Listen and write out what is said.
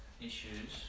issues